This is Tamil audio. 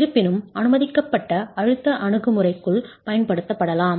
இருப்பினும் அனுமதிக்கப்பட்ட அழுத்த அணுகுமுறைக்குள் பயன்படுத்தப்படலாம்